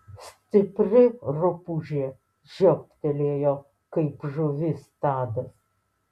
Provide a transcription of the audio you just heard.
stipri rupūžė žiobtelėjo kaip žuvis tadas